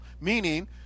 Meaning